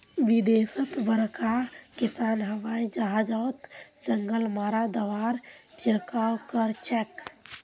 विदेशत बड़का किसान हवाई जहाजओत जंगल मारा दाबार छिड़काव करछेक